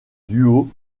duo